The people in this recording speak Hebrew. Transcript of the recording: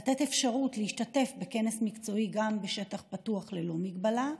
לתת אפשרות להשתתף בכנס מקצועי גם בשטח פתוח ללא מגבלה,